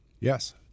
Yes